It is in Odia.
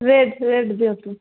ରେଟ୍ ରେଟ୍ ଦିଅନ୍ତୁ